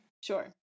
Sure